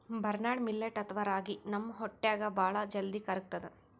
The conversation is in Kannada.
ಬರ್ನ್ಯಾರ್ಡ್ ಮಿಲ್ಲೆಟ್ ಅಥವಾ ರಾಗಿ ನಮ್ ಹೊಟ್ಟ್ಯಾಗ್ ಭಾಳ್ ಜಲ್ದಿ ಕರ್ಗತದ್